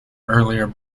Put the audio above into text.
earlier